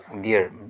dear